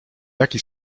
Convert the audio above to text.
jaki